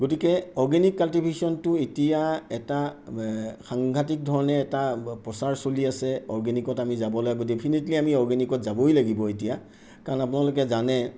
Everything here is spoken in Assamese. গতিকে অৰ্গেনিক কাল্টিভেশ্যনটো এতিয়া এটা সাংঘাটিক ধৰণে এটা প্ৰচাৰ চলি আছে অৰ্গেনিকত আমি যাব লাগে গতিকে ডেফিনেটলি আমি অৰ্গেনিকত যাবই লাগিব এতিয়া কাৰণ আপোনালোকে জানে